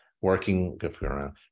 working